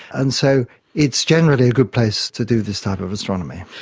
and so it's generally a good place to do this type of astronomy.